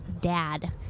dad